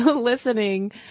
listening